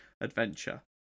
adventure